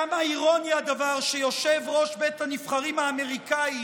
כמה אירוני הדבר שיושב-ראש בית הנבחרים האמריקאי